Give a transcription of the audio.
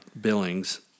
Billings